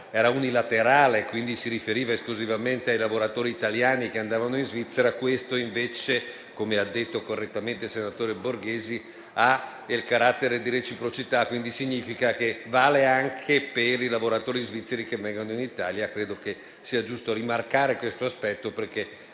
era unilaterale e quindi si riferiva esclusivamente ai lavoratori italiani che andavano in Svizzera, quello che trattiamo oggi, come ha detto correttamente il senatore Borghesi, ha invece un carattere di reciprocità, il che significa che vale anche per i lavoratori svizzeri che vengono in Italia. Credo sia giusto rimarcare questo aspetto, perché